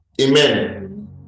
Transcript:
amen